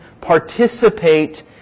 participate